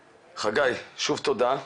חגי, שוב תודה.